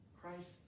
Christ